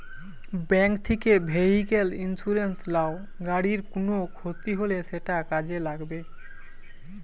bank থিকে vehicle insurance লাও, গাড়ির কুনো ক্ষতি হলে সেটা কাজে লাগবে